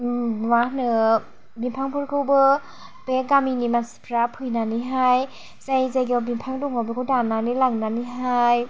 मा होनो बिफांफोरखौबो बे गामिनि मानसिफ्रा फैनानैहाय जाय जायगायाव बिफां दङ बेखौ दाननानै लांनानैहाय